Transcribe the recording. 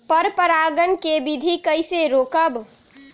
पर परागण केबिधी कईसे रोकब?